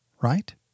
right